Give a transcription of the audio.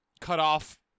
cutoff